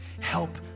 Help